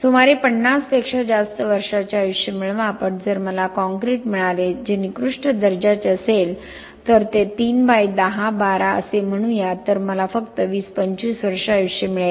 सुमारे 50 पेक्षा जास्त वर्षांचे आयुष्य मिळवा पण जर मला कंक्रीट मिळाले जे निकृष्ट दर्जाचे असेल तर ते 3x10 12 आहे असे म्हणूया तर मला फक्त 20 25 वर्षे आयुष्य मिळेल